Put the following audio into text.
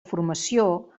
formació